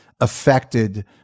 affected